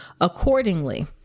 accordingly